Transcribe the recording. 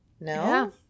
No